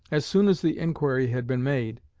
as soon as the inquiry had been made,